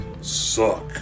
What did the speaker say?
suck